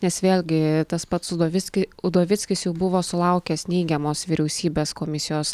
nes vėlgi tas pats udovicki udovickis jau buvo sulaukęs neigiamos vyriausybės komisijos